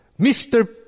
Mr